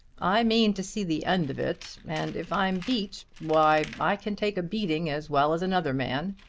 i mean to see the end of it, and if i'm beat why i can take a beating as well as another man.